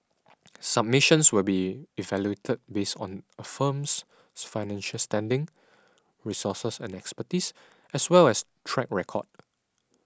submissions will be evaluated based on a firm's financial standing resources and expertise as well as track record